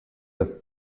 hop